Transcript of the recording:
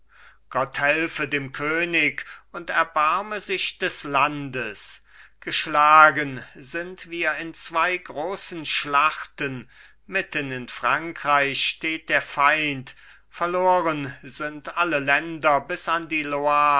gott helfe dem könig und erbarme sich des landes geschlagen sind wir in zwei großen schlachten mitten in frankreich steht der feind verloren sind alle länder bis an die